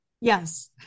Yes